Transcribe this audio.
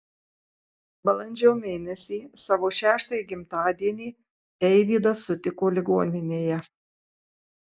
balandžio mėnesį savo šeštąjį gimtadienį eivydas sutiko ligoninėje